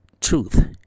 truth